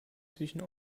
zwischen